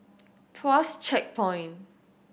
Tuas Checkpoint